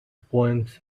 poems